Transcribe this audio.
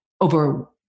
over